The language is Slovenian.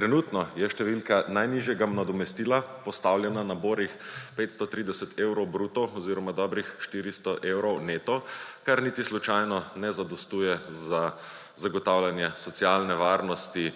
Trenutno je številka najnižjega nadomestila postavljena na borih 530 evrov bruto oziroma dobrih 400 evrov neto, kar niti slučajno ne zadostuje za zagotavljanje socialne varnosti